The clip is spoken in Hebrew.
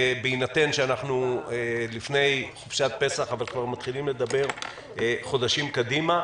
בהינתן שאנחנו לפני חופשת פסח אבל כבר מתחילים לדבר חודשים קדימה,